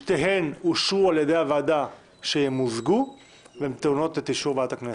שתיהם אושרו על ידי הוועדה כשהן מוזגו והן טעונות את אישור ועדת הכנסת.